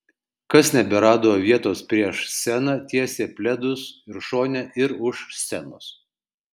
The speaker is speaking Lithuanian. kas neberado vietos prieš sceną tiesė pledus ir šone ir už scenos